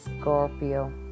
Scorpio